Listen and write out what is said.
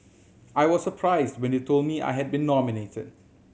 I was surprised when they told me I had been nominated